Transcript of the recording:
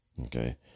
Okay